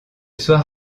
soir